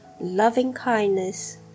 loving-kindness